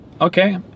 Okay